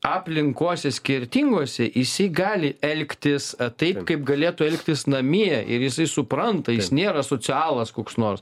aplinkose skirtinguse jisai gali elgtis taip kaip galėtų elgtis namie ir jisai supranta jis nėra asocialas koks nors